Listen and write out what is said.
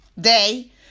day